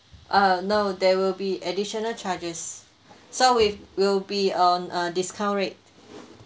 uh no there will be additional charges so with will be on a discount rate